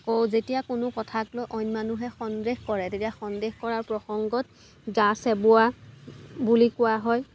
আকৌ যেতিয়া কোনো কথাত লৈ অইন মানুহে সন্দেহ কৰে তেতিয়া সন্দেহ কৰাৰ প্ৰসংগত গা চেবোৱা বুলি কোৱা হয়